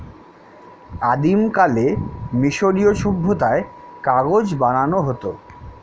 আদিমকালে মিশরীয় সভ্যতায় কাগজ বানানো হতো